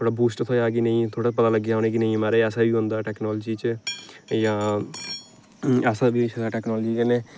थोह्ड़ा बूस्ट थ्होएआ कि नेईं थोह्ड़ा पता लग्गेआ कि उ'नेंगी कि नेईंं महाराज ऐसा बी होंदा टेक्नोलाजी च ते जां ऐसा बी होई सकदा टेक्नोलाजी च जेल्लै